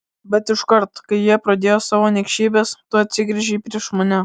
bet iškart kai jie pradėjo savo niekšybes tu atsigręžei prieš mane